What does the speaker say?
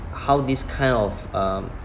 how this kind of um